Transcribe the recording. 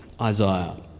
Isaiah